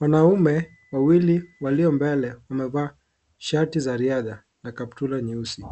Wanaume wawili walio mbele wamevaa shati za riadha na kaptula nyeusi.